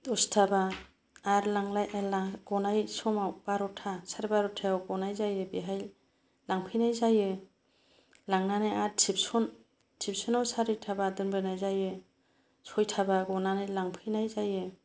दसता बा आरो लांलाय गनाय समाव बार'ता सारे बार'तायाव गनाय जायो बेहाय लांफैनाय जायो लांनानै आरो तिउसन तिउसनाव सारिता बा दोनबोनाय जायो सयथा बा गनानै लांफैनाय जायो